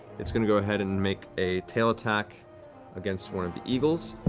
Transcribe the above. it's going to go ahead and make a tail attack against one of the eagles.